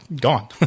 gone